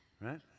right